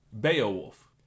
Beowulf